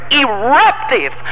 eruptive